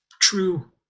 true